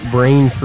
Brain